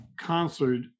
concert